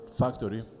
factory